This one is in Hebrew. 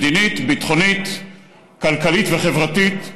מדינית, ביטחונית, כלכלית וחברתית.